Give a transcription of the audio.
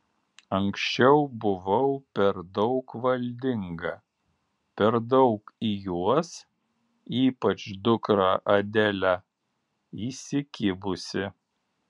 anksčiau buvau per daug valdinga per daug į juos ypač dukrą adelę įsikibusi